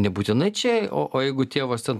nebūtinai čia o o jeigu tėvas ten